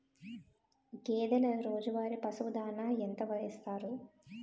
గేదెల రోజువారి పశువు దాణాఎంత వేస్తారు?